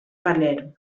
palerm